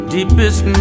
Deepest